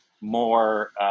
more